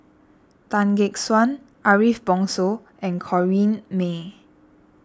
Tan Gek Suan Ariff Bongso and Corrinne May